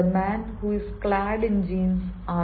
the man who is clad in engines are my neighbour